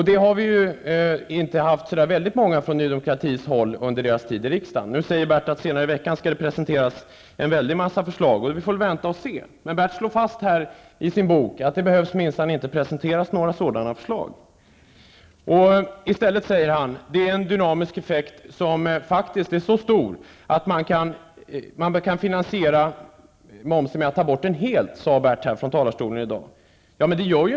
Vi har ju inte fått så väldigt många sådana från Ny Demokratis håll under partiets tid i riksdagen. Nu säger Bert Karlsson att det senare under veckan skall presenteras en mängd förslag, och vi får väl vänta på det, men han säger i sin bok att det inte behöver läggas fram några sådana förslag. Bert Karlsson har i dag från denna talarstol sagt att den dynamiska effekten faktiskt är så stor att den kan finansiera ett fullständigt borttagande av momsen. Men Ny Demokrati lägger inte fram något sådant förslag.